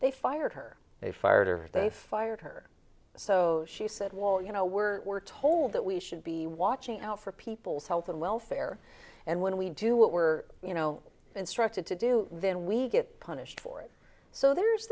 they fired her they fired her they fired her so she said well you know we're we're told that we should be watching out for people's health and welfare and when we do what we're you know instructed to do then we get punished for it so there's